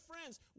friends